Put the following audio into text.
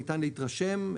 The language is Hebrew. ניתן להתרשם,